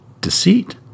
Deceit